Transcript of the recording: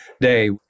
day